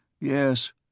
Yes